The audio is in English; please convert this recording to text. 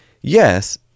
yes